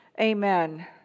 Amen